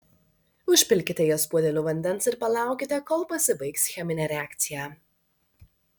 užpilkite jas puodeliu vandens ir palaukite kol pasibaigs cheminė reakcija